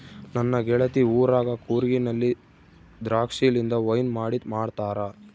ನನ್ನ ಗೆಳತಿ ಊರಗ ಕೂರ್ಗಿನಲ್ಲಿ ದ್ರಾಕ್ಷಿಲಿಂದ ವೈನ್ ಮಾಡಿ ಮಾಡ್ತಾರ